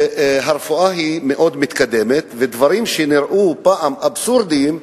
שהרפואה מתקדמת מאוד, ודברים שנראו פעם אבסורדיים,